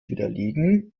widerlegen